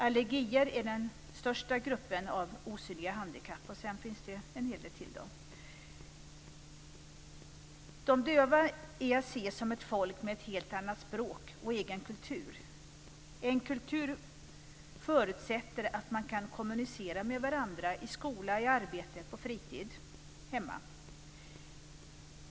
Allergier är den största gruppen av osynliga handikapp, och dessutom finns det en hel del till. De döva är att se som ett folk med ett helt annat språk och egen kultur. En kultur förutsätter att man har möjligheter att kommunicera med varandra i skola, i arbete, på fritid och hemma.